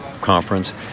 conference